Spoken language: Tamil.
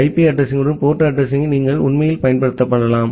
ஐபி அட்ரஸிங் யுடன் போர்ட் அட்ரஸிங்யை நீங்கள் உண்மையில் பயன்படுத்தலாம்